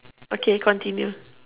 okay continue